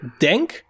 DENK